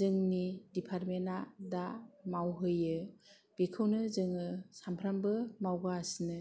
जोंनि डिपारमेन्टआ मावहोयो बेखौनो जों सामफ्रोमबो मावगासिनो